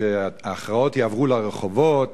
שההכרעות יעברו לרחובות